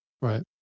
Right